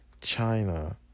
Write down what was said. China